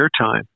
airtime